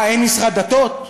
מה, אין משרד דתות?